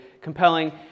compelling